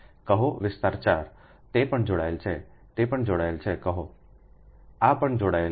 કહો વિસ્તાર 4 તે પણ જોડાયેલ છે તે પણ જોડાયેલ છે કહો આ પણ જોડાયેલું છે